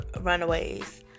runaways